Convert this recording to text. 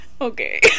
Okay